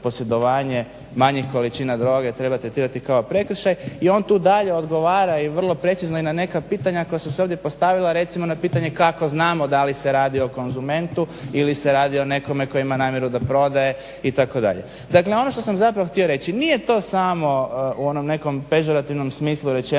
manjih količina droge treba tretirati kao prekršaj i on tu dalje odgovara i vrlo precizno i na neka pitanja koja su se ovdje postavila, recimo na pitanje kako znamo da li se radi o konzumentu ili se radi o nekome tko ima namjeru da prodaje itd. Dakle, ono što sam zapravo htio reći nije to samo u onom nekog pejorativnom smislu rečeno